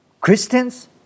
Christians